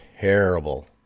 terrible